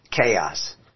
chaos